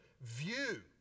view